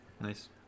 Nice